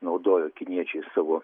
naudojo kiniečiai savo